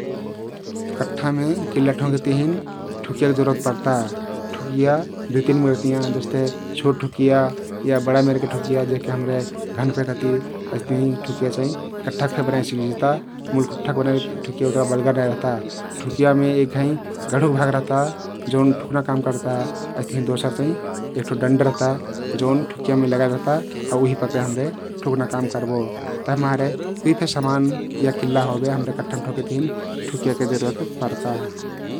कठ्ठामे किल्ला ठोकेक तहिन ठुकिया जरुरत पर्ता । ठुकिया दुइ तिन मेरके रहतियाँ । जस्ते छोट ठुकिया या बडा मेरके ठुकिया जेहके हम्रे घन फे कहती । अस्तहिं ठुकिया चाहिं कठ्ठाक फे बनाई सक्जिता । मुल कठ्ठाक बनाइल ठुकिया उत्ता बलगर नाई रहता । ठुकियामे एक घैं गढु भाग रहता जउन ठुक्ना काम कर्ता । अइस्तहिं दोसर चाहिं एक ठो डण्डा रहता जउन ठुकियामे लगाइल रहता आउ उही पकरके हम्रे ठुक्ना काम कर्बो । तभिमारे कुइ फे समान या किल्ला होबे हम्रे कठ्ठाम ठोकेक तहिन ठुकियाके जरुरत पर्ता ।